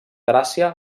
tràcia